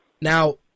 Now